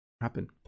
happen